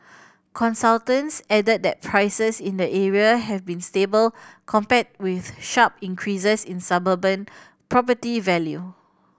consultants added that prices in the area have been stable compared with sharp increases in suburban property value